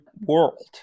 world